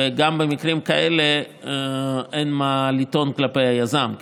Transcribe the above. וגם במקרים כאלה, אין מה לטעון כלפי היזם.